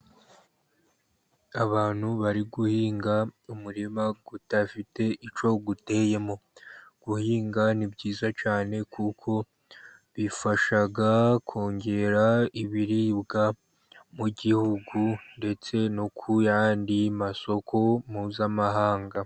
Abantu bari guhinga umurima udafite icyo uteyemo. Guhinga ni byiza cyane kuko bifasha, kongera ibiribwa mu gihugu ndetse no ku yandi masoko mpuzamahanga.